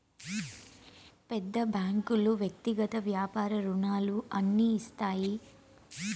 పెద్ద బ్యాంకులు వ్యక్తిగత వ్యాపార రుణాలు అన్ని ఇస్తాయి